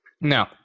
No